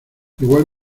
igual